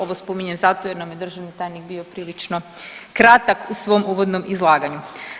Ovo spominjem jer nam je državni tajnik bio prilično kratak u svom uvodnom izlaganju.